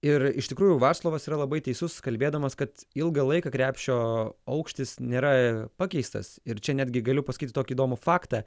ir iš tikrųjų vaclovas yra labai teisus kalbėdamas kad ilgą laiką krepšio aukštis nėra pakeistas ir čia netgi galiu pasakyti tokį įdomų faktą